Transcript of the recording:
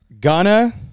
Ghana